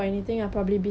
oh